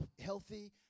healthy